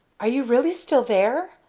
are you really still there?